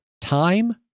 time